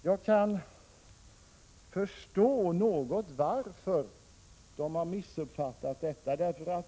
Jag kan förstå varför man missuppfattat detta.